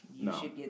No